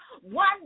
One